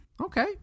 Okay